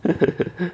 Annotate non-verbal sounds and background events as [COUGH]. [LAUGHS]